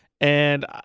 and-